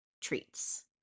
treats